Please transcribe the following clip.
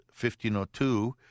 1502